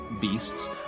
beasts